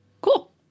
Cool